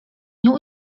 nią